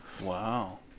wow